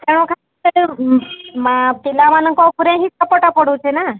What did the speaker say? ତେଣୁକରି ସେ ମା' ପିଲାମାନଙ୍କ ଉପରେ ହିଁ ଚାପଟା ପଡ଼ୁଛି ନା